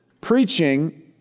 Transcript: Preaching